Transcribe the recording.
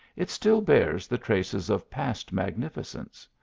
it still bears the traces of past magnificence.